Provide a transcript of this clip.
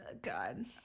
god